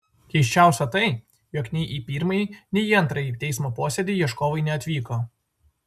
keisčiausia tai jog nei į pirmąjį nei į antrąjį teismo posėdį ieškovai neatvyko